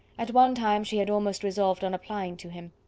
at one time she had almost resolved on applying to him,